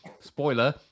spoiler